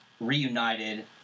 reunited